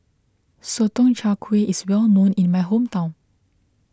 Sotong Char Kway is well known in my hometown